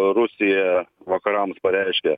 rusija vakarams pareiškė